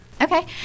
Okay